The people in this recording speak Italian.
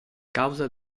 causa